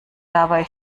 dabei